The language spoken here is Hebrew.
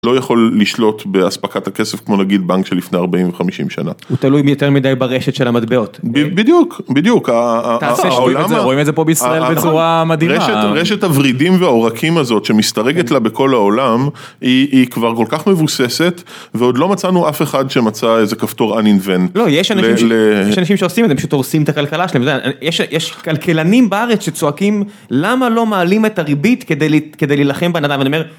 לא יכול לשלוט באספקת הכסף כמו נגיד בנק של לפני ארבעים וחמישים שנה. -הוא תלוי יותר מדי ברשת של המטבעות. -בדיוק, בדיוק... -רואים את זה פה בישראל בצורה מדהימה. -נכון, רשת הוורידים והעורקים הזאת שמסתרגת לה בכל העולם, היא כבר כל כך מבוססת, ועוד לא מצאנו אף אחד שמצא איזה כפתור uninvent. לא, יש אנשים שעושים את זה, הם פשוט הורסים את הכלכלה שלהם. יש כלכלנים בארץ שצועקים, למה לא מעלים את הריבית כדי להילחם בנדל"ן, ואני אומר,